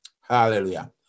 Hallelujah